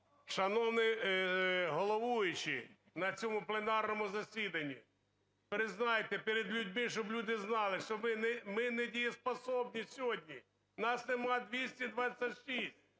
Шановний головуючий на цьому пленарному засіданні, признайте перед людьми, щоб люди знали, що ми недееспособны сьогодні, нас нема 226.